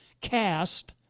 cast